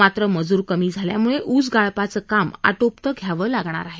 मात्र मजूर कमी झाल्यामुळे ऊस गाळपाचं काम आटोपतं घ्यावं लागणार आहे